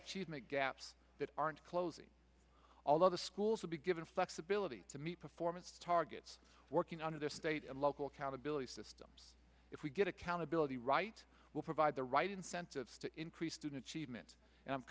achievement gaps that aren't closing all of the schools will be given flexibility to meet performance targets working under their state and local accountability systems if we get accountability right will provide the right incentives to increase student achievement and i'm